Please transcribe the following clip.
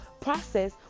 process